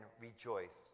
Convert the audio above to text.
rejoice